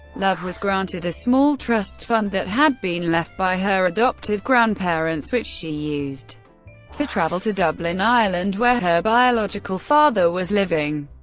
love was granted a small trust fund that had been left by her adoptive grandparents, which she used to travel to dublin, ireland, where her biological father was living.